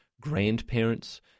grandparents